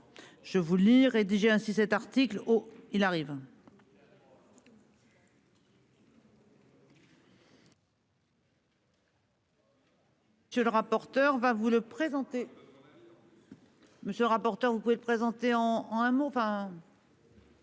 Je vous lis rédiger ainsi cet article. Oh il arrive. Monsieur le rapporteur, va vous le présenter. Monsieur le rapporteur. Vous pouvez présenter en, en un mot,